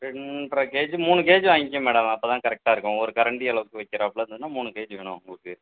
ரெண்ரை KG மூணு KG வாயிங்க்க madam அப்போ தான் கரெக்டாக இருக்கும் ஒரு கரெண்டி அளவுக்கு வைக்கிறாப்பில இருந்துதுன்னா மூணு கேஜி வேணும் உங்களுக்கு